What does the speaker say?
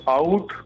out